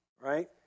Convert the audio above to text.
right